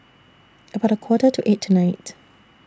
about A Quarter to eight tonight